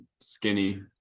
skinny